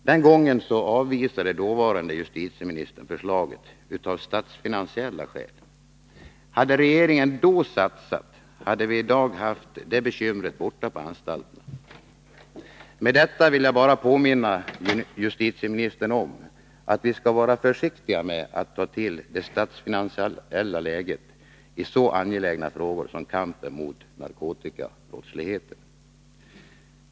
Den gången avvisade dåvarande justitieministern förslaget av statsfinansiella skäl. Hade regeringen då satsat, hade vi i dag haft det bekymret borta på anstalterna. Med detta vill jag bara påminna justitieministern om att vi skall vara försiktiga med att ta till det statsfinansiella läget i så angelägna frågor som kampen mot narkotikabrottsligheten.